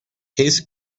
paste